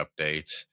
updates